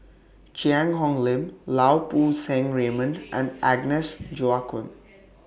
Cheang Hong Lim Lau Poo Seng Raymond and Agnes Joaquim